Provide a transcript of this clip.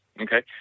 Okay